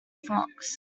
fox